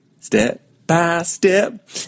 Step-by-step